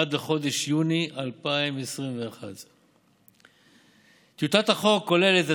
עד לחודש יוני 2021. טיוטת החוק כוללת את